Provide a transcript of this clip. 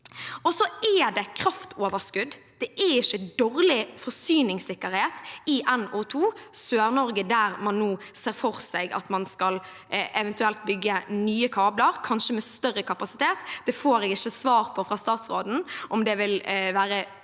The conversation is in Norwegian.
Og så er det kraftoverskudd, det er ikke dårlig forsyningssikkerhet i NO2, Sør-Norge, der man nå ser for seg at man eventuelt skal bygge nye kabler, kanskje med større kapasitet. Jeg får ikke svar fra statsråden om det vil være økt kapasitet